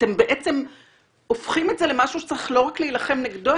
אתם בעצם הופכים את זה למשהו שצריך לא רק להילחם נגדו,